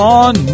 on